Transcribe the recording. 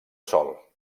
sol